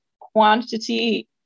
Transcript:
Quantity